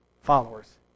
followers